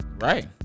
Right